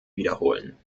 wiederholen